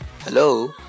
Hello